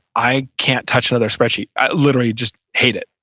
i can't touch another spreadsheet. i literally just hate it.